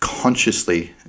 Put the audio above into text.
consciously